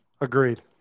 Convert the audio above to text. agreed